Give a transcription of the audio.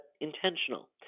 intentional